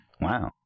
Wow